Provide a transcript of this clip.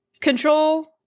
Control